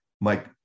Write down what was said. Mike